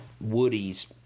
Woody's